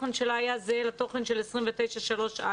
התוכן היה זהה לתוכן של סעיף 29(3)(א).